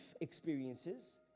experiences